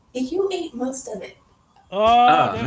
you ate most of it oh,